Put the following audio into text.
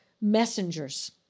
messengers